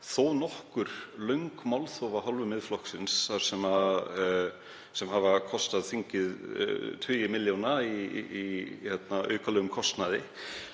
þó nokkur löng málþóf af hálfu Miðflokksins sem hafa kostað þingið tugi milljóna í aukalegum kostnaði